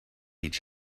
each